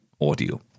audio